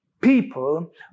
people